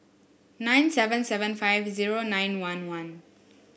nine seven seven five zero nine one one